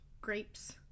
grapes